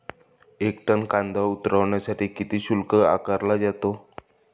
एक टन कांदा उतरवण्यासाठी किती शुल्क आकारला जातो?